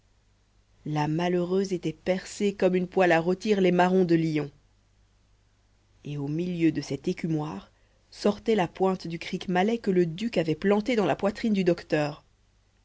la malheureuse était percée comme une poêle à rôtir les marrons de lyon et au milieu de cet écumoir sortait la pointe du crick malais que le duc avait planté dans la poitrine du docteur